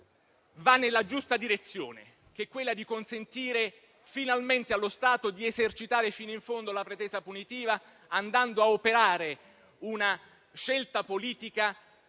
va nella giusta direzione, quella di consentire finalmente allo Stato di esercitare fino in fondo la pretesa punitiva, andando a operare una scelta politica